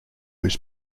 was